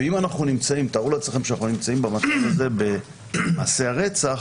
תארו לעצמכם שאנחנו נמצאים במצב הזה במעשי הרצח